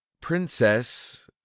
princess